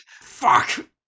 Fuck